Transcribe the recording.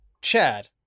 chad